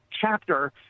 chapter